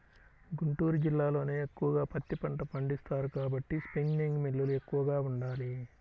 గుంటూరు జిల్లాలోనే ఎక్కువగా పత్తి పంట పండిస్తారు కాబట్టి స్పిన్నింగ్ మిల్లులు ఎక్కువగా ఉండాలి